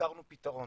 יצרנו פתרון,